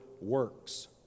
works